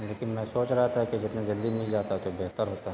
لیکن میں سوچ رہا تھا کہ جتنے جلدی مل جاتا تو بہتر ہوتا ہے